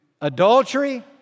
adultery